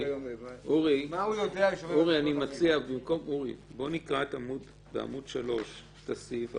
אני מציע, בוא נקרא בעמוד 3 את הסעיף.